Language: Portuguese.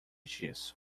disso